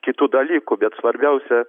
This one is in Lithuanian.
kitų dalykų bet svarbiausia